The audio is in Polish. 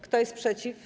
Kto jest przeciw?